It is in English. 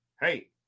Hey